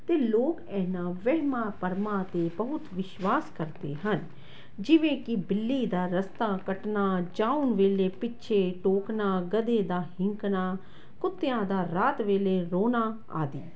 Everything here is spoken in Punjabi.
ਅਤੇ ਲੋਕ ਇਹਨਾਂ ਵਹਿਮਾਂ ਭਰਮਾਂ 'ਤੇ ਬਹੁਤ ਵਿਸ਼ਵਾਸ ਕਰਦੇ ਹਨ ਜਿਵੇਂ ਕਿ ਬਿੱਲੀ ਦਾ ਰਸਤਾ ਕੱਟਣਾ ਜਾਉਣ ਵੇਲੇ ਪਿੱਛੇ ਟੋਕਣਾ ਗਧੇ ਦਾ ਹਿਣਕਣਾ ਕੁੱਤਿਆਂ ਦਾ ਰਾਤ ਵੇਲੇ ਰੋਣਾ ਆਦਿ